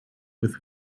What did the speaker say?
with